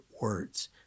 words